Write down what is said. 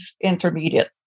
intermediate